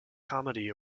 comedy